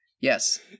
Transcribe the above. Yes